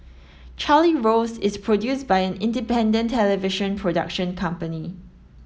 Charlie Rose is produced by an independent television production company